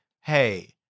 Hey